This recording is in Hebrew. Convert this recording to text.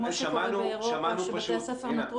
כמו שקורה באירופה שבתי הספר נותרו